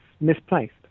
misplaced